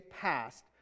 passed